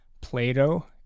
Plato